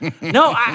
No